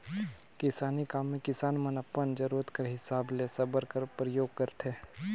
किसानी काम मे किसान मन अपन जरूरत कर हिसाब ले साबर कर परियोग करथे